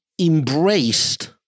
embraced